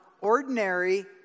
ordinary